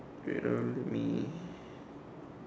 okay let me